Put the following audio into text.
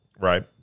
right